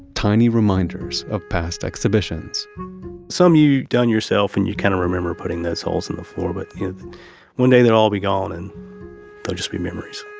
tiny reminders of past exhibitions some you've done yourself and you kind of remember putting those holes in the floor, but one day they'll all be gone and they'll just be memories